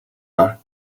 байлаа